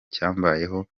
cyambayeho